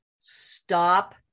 stop